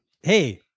hey